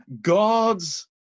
God's